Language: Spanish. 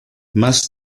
más